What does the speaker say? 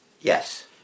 Yes